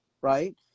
Right